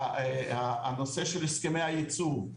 הנושא של הסכמי הייצוב,